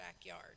backyard